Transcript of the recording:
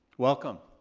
welcome.